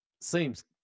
seems